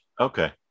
Okay